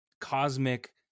cosmic